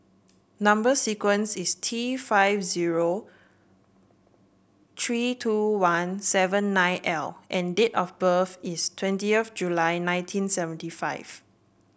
number sequence is T five zero three two one seven nine L and date of birth is twenty of July nineteen seventy five